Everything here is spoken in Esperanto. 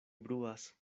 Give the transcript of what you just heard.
bruas